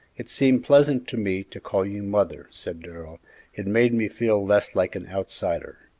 it seemed pleasant to me to call you mother, said darrell it made me feel less like an outsider.